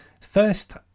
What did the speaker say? First